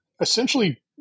essentially